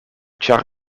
ĉar